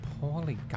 poorly